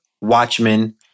Watchmen